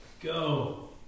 go